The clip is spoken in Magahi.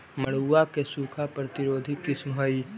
मड़ुआ के सूखा प्रतिरोधी किस्म हई?